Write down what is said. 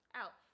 out